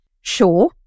Sure